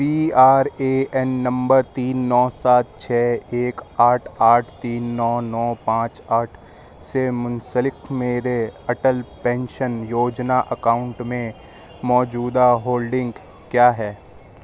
P R A N نمبر تین نو سات چھ ایک آٹھ آٹھ تین نو نو پانچ آٹھ سے منسلک میرے اٹل پینشن یوجنا اکاؤنٹ میں موجودہ ہولڈنک کیا ہے